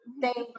Thank